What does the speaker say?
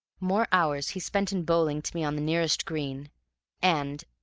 more hours he spent in bowling to me on the nearest green and,